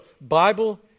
Bible